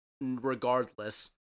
regardless